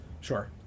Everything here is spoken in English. Sure